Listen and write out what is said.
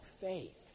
faith